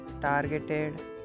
targeted